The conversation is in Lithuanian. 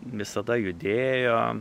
visada judėjo